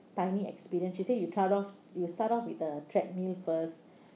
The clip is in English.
tiny experience she say you tried off you start off with the treadmill first